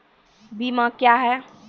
बीमा क्या हैं?